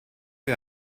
wir